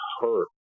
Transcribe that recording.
hurt